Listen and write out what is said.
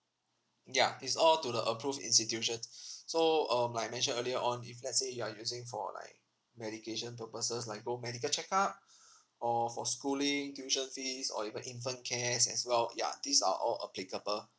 ya it's all to the approved institutions so um like I mentioned earlier on if let's say you are using for like medication purposes like go medical check up or for schooling tuition fees or even infant cares as well ya these are all applicable